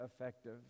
effective